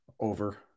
Over